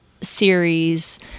series